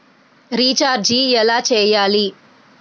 Recharge ఎలా చెయ్యాలి?